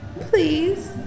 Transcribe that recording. Please